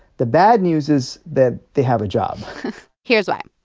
the bad news is that they have a job here's why.